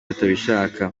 batabishaka